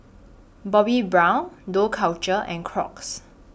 Bobbi Brown Dough Culture and Crocs